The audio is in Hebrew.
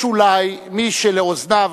יש אולי מי שלאוזניו